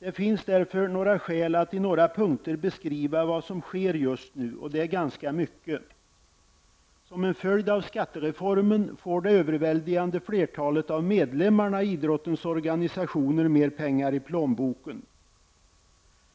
Det finns skäl att i några punkter beskriva vad som sker just nu. Det är ganska mycket. -- Som en följd av skattereformen får det överväldigande flertalet av medlemmarna i idrottens organisationer mer pengar i plånboken.